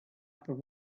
upper